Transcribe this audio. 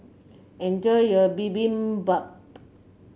enjoy your Bibimbap